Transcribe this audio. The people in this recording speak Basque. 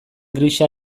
grisa